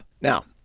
Now